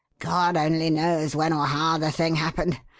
god only knows when or how the thing happened,